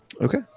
Okay